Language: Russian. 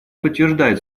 подтверждает